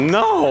no